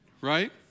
Right